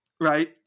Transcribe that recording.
Right